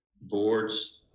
boards